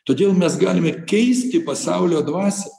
todėl mes galime keisti pasaulio dvasią